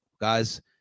guys